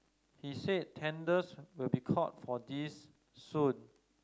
he said tenders will be called for this soon